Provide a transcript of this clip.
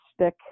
stick